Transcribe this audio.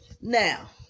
Now